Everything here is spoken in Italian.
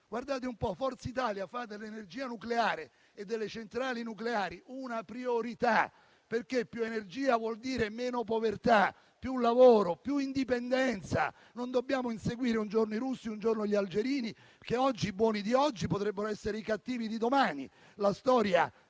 più energia. Forza Italia fa dell'energia nucleare e delle centrali nucleari una priorità, perché più energia vuol dire meno povertà, più lavoro, più indipendenza. Non dobbiamo inseguire un giorno i russi e un giorno gli algerini, visto che i buoni di oggi potrebbero essere i cattivi di domani: la storia è mutevole.